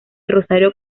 rosario